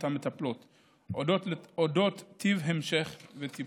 המטפלות על טיב הטיפול והמשך טיפול.